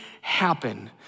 happen